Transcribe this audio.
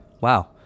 Wow